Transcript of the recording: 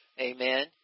Amen